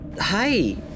hi